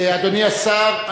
אדוני השר,